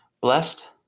blessed